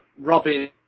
Robin